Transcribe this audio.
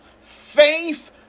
Faith